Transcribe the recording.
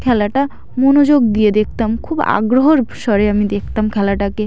খেলাটা মনোযোগ দিয়ে দেখতাম খুব আগ্রহর স্বরে আমি দেখতাম খেলাটাকে